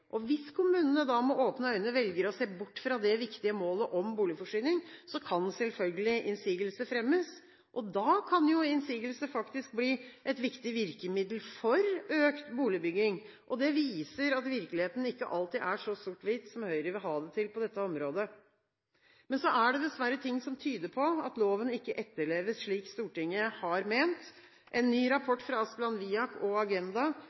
tidlig. Hvis kommunene med åpne øyne velger å se bort fra det viktige målet om boligforsyning, så kan selvfølgelig innsigelse fremmes, og da kan innsigelse faktisk bli et viktig virkemiddel for økt boligbygging. Det viser at virkeligheten ikke alltid er så sort hvitt som Høyre vil ha det til på dette området. Men så er det dessverre ting som tyder på at loven ikke etterleves slik Stortinget har ment. En ny rapport fra Asplan Viak og Agenda